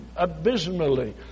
Abysmally